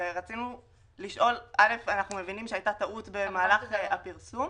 אנחנו מבינים שהייתה טעות במהלך הפרסום.